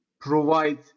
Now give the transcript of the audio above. provide